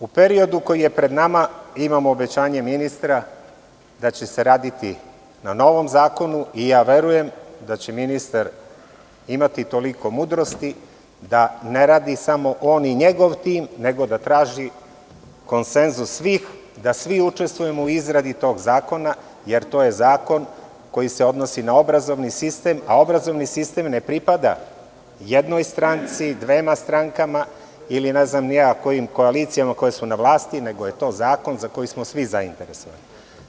U periodu koji je pred nama imamo obećanje ministra da će se raditi na novom zakonu i verujem da će ministar imati toliko mudrosti da ne radi samo on i njegov tim, nego da traži konsenzus svih i da svi učestvujemo u izradi tog zakona, jer je to zakon koji se odnosi na obrazovni sistem, a obrazovni sistem ne pripada jednoj stranci, dvema strankama ili ne znam kojim koalicijama koje su na vlasti, nego je to zakon za koji smo svi zainteresovani.